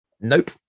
Nope